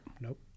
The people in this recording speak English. Nope